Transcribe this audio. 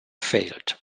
failed